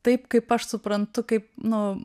taip kaip aš suprantu kaip nu